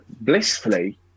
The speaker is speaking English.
Blissfully